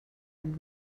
and